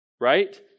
Right